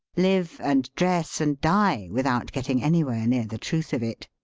live and dress and die without getting anywhere near the truth of it.